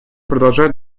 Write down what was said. продолжают